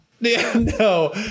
No